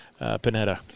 panetta